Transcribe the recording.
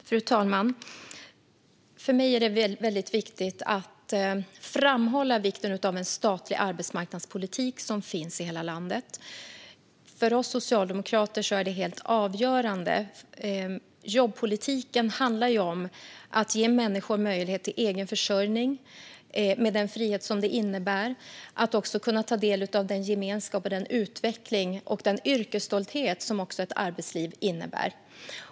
Fru talman! För mig är det väldigt viktigt att framhålla vikten av en statlig arbetsmarknadspolitik som finns i hela landet. För oss socialdemokrater är det helt avgörande. Jobbpolitiken handlar om att ge människor möjlighet till egen försörjning med den frihet som det innebär att också kunna ta del av den gemenskap, utveckling och yrkesstolthet som också ett arbetsliv innebär.